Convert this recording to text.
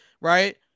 Right